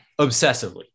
obsessively